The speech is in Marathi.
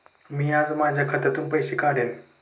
मी आज माझ्या खात्यातून पैसे काढेन